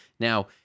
Now